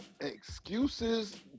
Excuses